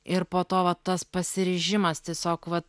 ir po to va tas pasiryžimas tiesiog vat